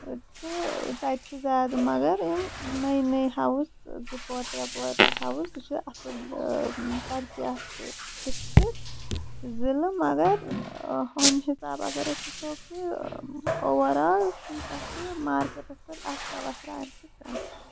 تہٕ تَتہِ چھِ زیادٕ مَگر یِم نٔے نٔے ہَوُس زٕ پور ترٛےٚ پور چھِ ہوُس سُہ چھُ اَصٕل ترقی یافتہٕ ڈِسٹرک ضعلہٕ مَگر ہُمہِ حِسابہٕ اَگر أسۍ وُچھو کہِ اُور آل چھُ تَتھہٕ مارکیٹس پٮ۪ٹھ اثرا وَسرا اَمہِ سۭتۍ کانٛہہ